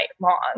long